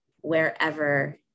wherever